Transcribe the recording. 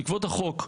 בעקבות החוק,